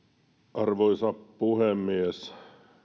arvoisa puhemies